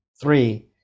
Three